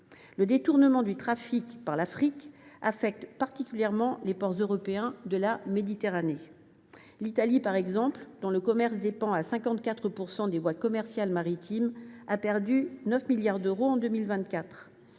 Le détournement du trafic par l’Afrique affecte particulièrement les ports européens de la Méditerranée. L’Italie, dont le commerce dépend à 54 % des voies commerciales maritimes, a perdu 9 milliards d’euros en 2024.